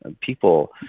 people